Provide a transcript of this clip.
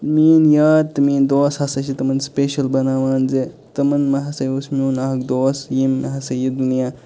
میٲنۍ یار تہٕ میٲنۍ دۄس ہسا چھِ تِمَن سُپیشَل بناوان زِ تِمَن منٛز ہسا اوس میون اَکھ دوس یٔمۍ ہسا یہِ دُنیا